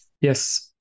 Yes